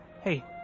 Hey